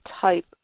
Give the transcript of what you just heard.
type